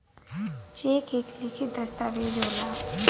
check एक लिखित दस्तावेज होला